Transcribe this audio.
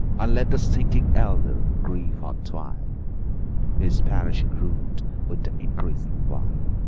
and let the stinking elder, grief, untwine his perishing root with the increasing vine!